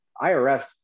IRS